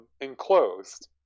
enclosed